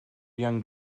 young